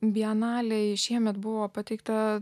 bienalei šiemet buvo pateikta